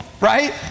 right